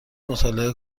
مطالعه